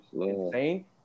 insane